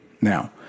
Now